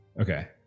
Okay